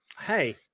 hey